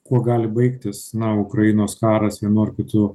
kuo gali baigtis na ukrainos karas vienu ar kitu